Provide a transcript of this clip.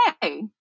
hey